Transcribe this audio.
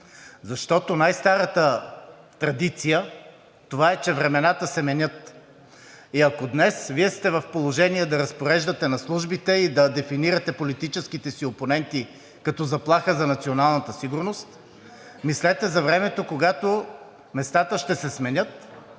защото най-старата традиция, това е, че времената се менят и ако днес Вие сте в положение да разпореждате на службите и да дефинирате политическите си опоненти като заплаха за националната сигурност, мислете за времето, когато местата ще се сменят